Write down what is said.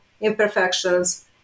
Imperfections